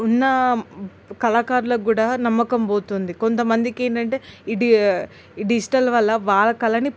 ఉన్న కళాకారులకు కూడా నమ్మకం పోతుంది కొంతమందికి ఏంటంటే ఈ డిజిటల్ వల్ల వాళ్ళ కళని